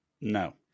No